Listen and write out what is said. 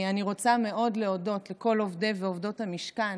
אני רוצה מאוד להודות לכל עובדי ועובדות המשכן.